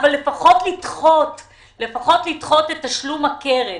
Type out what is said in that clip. אבל לפחות לדחות את תשלום הקרן.